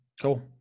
Cool